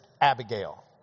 Abigail